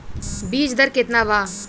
बीज दर केतना बा?